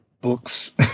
books